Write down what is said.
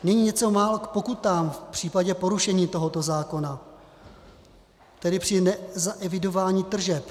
Nyní něco málo k pokutám v případě porušení tohoto zákona, tedy v případě nezaevidování tržeb.